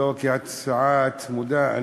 כהצעה צמודה.